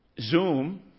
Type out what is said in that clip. Zoom